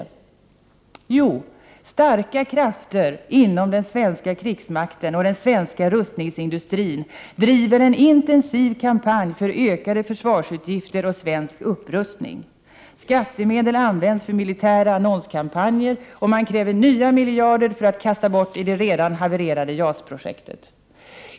Jo, starka krafter inom den svenska krigsmakten och den svenska rustningsindustrin driver en intensiv kampanj för ökade försvarsutgifter och svensk upprustning. Skattemedel används för militära annonskampanjer och man kräver nya miljarder för att kasta bort i det redan havererade JAS-projektet.